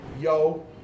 yo